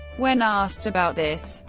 when asked about this,